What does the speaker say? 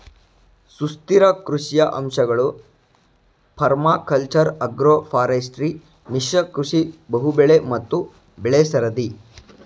ಸುಸ್ಥಿರ ಕೃಷಿಯ ಅಂಶಗಳು ಪರ್ಮಾಕಲ್ಚರ್ ಅಗ್ರೋಫಾರೆಸ್ಟ್ರಿ ಮಿಶ್ರ ಕೃಷಿ ಬಹುಬೆಳೆ ಮತ್ತು ಬೆಳೆಸರದಿ